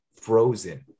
frozen